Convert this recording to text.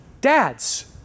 dads